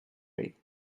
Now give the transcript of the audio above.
remained